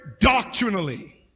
doctrinally